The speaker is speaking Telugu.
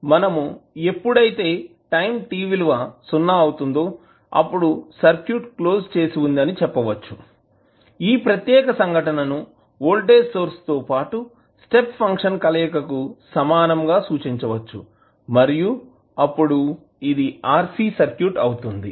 మనము ఎప్పుడైతే టైం విలువ "0" అవుతుందో అప్పుడు సర్క్యూట్ క్లోజ్ చేసి వుంది అని చెప్పవచ్చు ఈ ప్రత్యేక సంఘటనను వోల్టేజ్ సోర్స్ తో పాటు స్టెప్ ఫంక్షన్ కలయిక కు సమానంగా సూచించవచ్చు మరియు అప్పుడు ఇది RC సర్క్యూట్ అవుతుంది